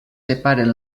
separen